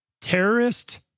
terrorist